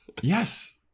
yes